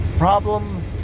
problem